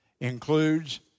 includes